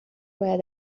باید